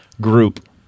group